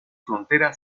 frontera